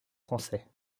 français